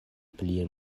pli